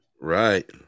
Right